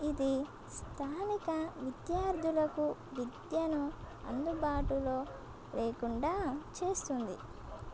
ఇది స్థానిక విద్యార్థులకు విద్యను అందుబాటులో లేకుండా చేస్తుంది